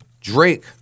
Drake